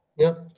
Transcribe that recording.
yeah.